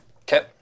Okay